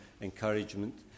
encouragement